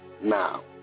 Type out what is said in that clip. now